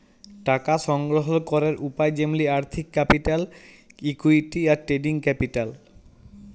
টাকা সংগ্রহল ক্যরের উপায় যেমলি আর্থিক ক্যাপিটাল, ইকুইটি, আর ট্রেডিং ক্যাপিটাল